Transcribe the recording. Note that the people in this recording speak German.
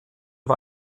bei